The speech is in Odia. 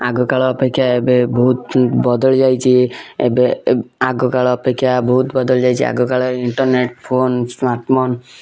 ଆଗ କାଳ ଅପେକ୍ଷା ଏବେ ବହୁତ ବଦଳି ଯାଇଛି ଏବେ ଏବ ଆଗକାଳ ଅପେକ୍ଷା ବହୁତ ବଦଳି ଯାଇଛି ଆଗ କାଳେ ଇଣ୍ଟରନେଟ ଫୋନ ସ୍ମାର୍ଟ ଫୋନ